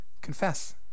Confess